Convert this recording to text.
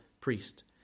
priest